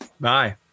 Bye